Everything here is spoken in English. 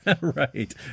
Right